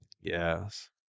Yes